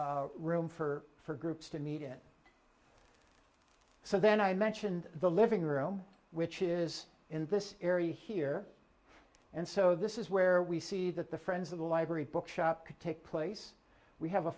great room for for groups to meet in so then i mentioned the living room which is in this area here and so this is where we see that the friends of the library book shop to take place we have a